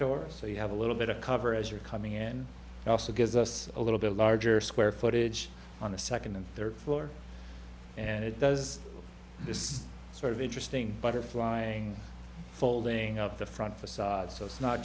door so you have a little bit of cover as you're coming in also gives us a little bit larger square footage on the second and third floor and it does this sort of interesting butterflying folding up the front facade so it's not